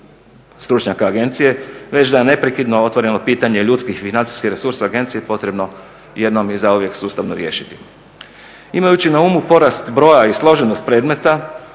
stručnjaka agencije, već da je neprekidno otvoreno pitanje ljudskih i financijski resursa agencije potrebno jednom i zauvijek sustavno riješiti. Imajući na umu porast broja i složenost predmeta